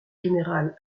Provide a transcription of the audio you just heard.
général